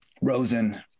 Rosen